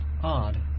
odd